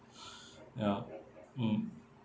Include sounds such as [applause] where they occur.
[breath] ya mm